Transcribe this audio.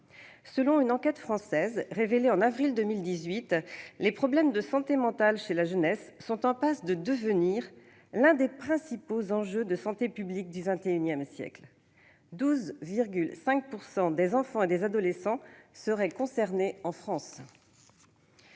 Selon une enquête française révélée en avril 2018, les problèmes de santé mentale dans la jeunesse sont en passe de devenir l'un des principaux enjeux de santé publique du XXI siècle. C'est ainsi que 12,5 % des enfants et des adolescents seraient concernés en France.